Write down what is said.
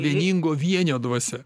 vieningo vienio dvasia